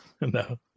No